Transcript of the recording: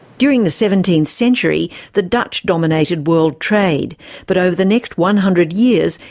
during the seventeenth century, the dutch dominated world trade but over the next one hundred years,